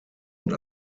und